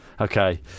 Okay